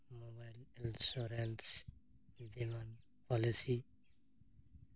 insurance ᱵᱤᱢᱟ policy